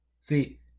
See